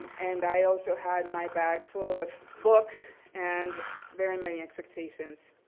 um and i also had my bags full of books and very many expectations.